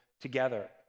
together